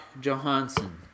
Johansson